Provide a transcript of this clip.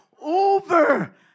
over